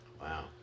wow